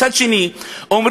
דבר אחר,